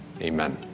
Amen